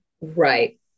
Right